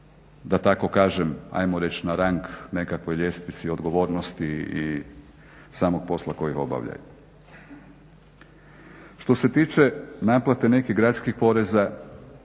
da tako kažem, ajmo reći na rang nekakvoj ljestvici odgovornosti i samog posla koji obavljaju. Što se tiče naplate nekih gradskih poreza,